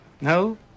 no